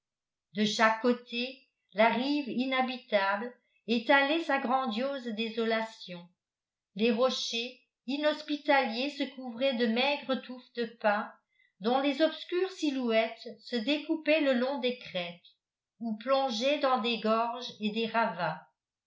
de chaque côté la rive inhabitable étalait sa grandiose désolation les rochers inhospitalliers se couvraient de maigres touffes de pins dont les obscures silhouettes se découpaient le long des crêtes ou plongeaient dans des gorges et des ravins